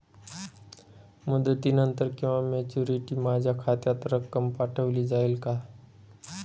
मुदतीनंतर किंवा मॅच्युरिटी माझ्या खात्यात रक्कम पाठवली जाईल का?